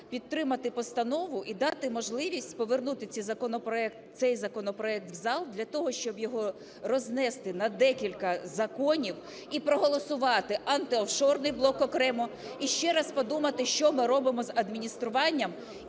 підтримати постанову і дати можливість повернути цей законопроект в зал для того, щоб його рознести на декілька законів і проголосувати антиофшорний блок окремо і ще раз подумати, що ми робимо з адмініструванням